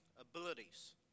abilities